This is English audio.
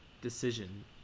decision